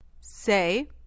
Say